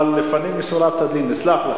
אבל לפנים משורת הדין נסלח לך,